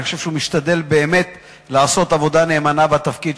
אני חושב שהוא משתדל באמת לעשות עבודה נאמנה בתפקיד.